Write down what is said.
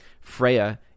Freya